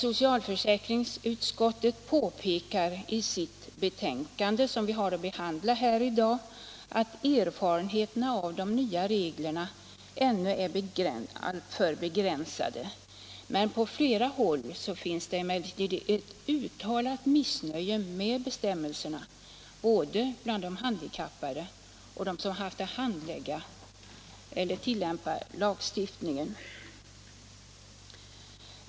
Socialförsäkringsutskottet påpekar i det betänkande som vi i dag behandlar att erfarenheterna av de nya reglerna ännu är alltför begränsade. På flera håll finns emellertid ett uttalat missnöje med bestämmelserna både bland de handikappade och bland dem som har att tillämpa lagstiftningen.